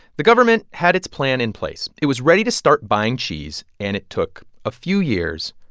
the government had its plan in place. it was ready to start buying cheese. and it took a few years,